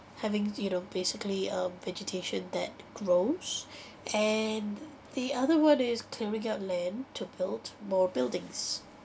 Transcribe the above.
having you know basically um vegetation that grows and the other one is clearing out land to build more buildings